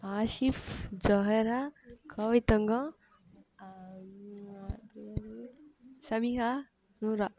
ஆஷிஃப் ஜொகேரா கோவித்தங்கோ சவிகா நூரா